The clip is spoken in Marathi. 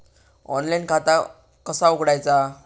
ऑनलाइन खाता कसा उघडायचा?